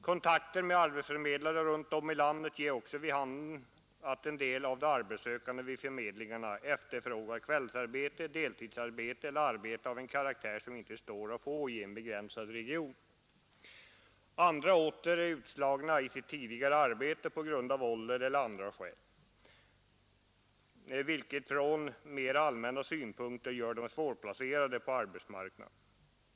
Kontakter med arbetsförmedlingar runt om i landet ger också vid handen att en del av de arbetssökande vid förmedlingarna efterfrågar kvällsarbete, deltidsarbete eller arbete av en karaktär som inte står att erhålla i en begränsad region. Andra åter är utslagna i sitt tidigare arbete på grund av ålder eller av andra skäl, vilket från mera allmänna synpunkter gör dem svårplacerade på arbetsmarknaden.